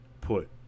put